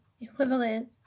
equivalent